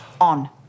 on